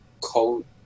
cold